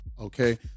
okay